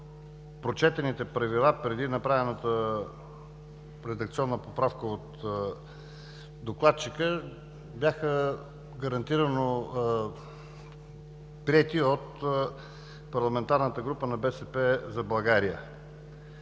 прочетените правила преди направената редакционна поправка от докладчика бяха гарантирано приети от парламентарната група на „БСП за България“.